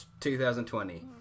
2020